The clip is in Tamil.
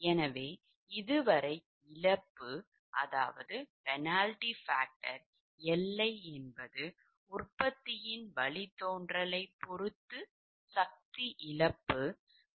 எனவே இது வரை இழப்பு என்பது உற்பத்தி இன் வழித்தோன்றல் ஐப் பொறுத்து சக்தி இழப்பு உள்ளது